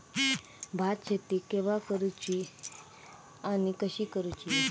भात शेती केवा करूची आणि कशी करुची?